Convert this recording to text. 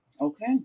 Okay